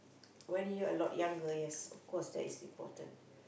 when you're a lot younger yes of course that is important